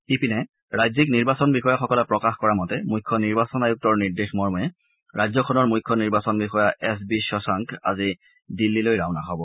ইপিনে ৰাজ্যিক নিৰ্বাচন বিষয়াসকলে প্ৰকাশ কৰা মতে মুখ্য নিৰ্বাচন আয়ুক্তৰ নিৰ্দেশ মৰ্মে ৰাজ্যখনৰ মুখ্য নিৰ্বাচন বিষয়া এছ বি শশাংক আজি দিল্লীলৈ ৰাওনা হ'ব